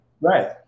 Right